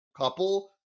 couple